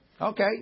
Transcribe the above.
Okay